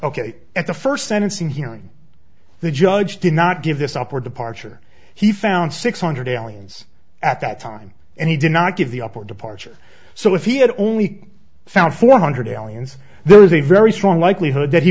ok at the first sentencing hearing the judge did not give this up or departure he found six hundred aliens at that time and he did not give the upper departure so if he had only found four hundred aliens there is a very strong likelihood that he